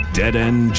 dead-end